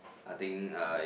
I think uh it